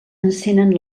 encenen